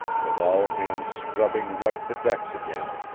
with all hands scrubbing white the decks again,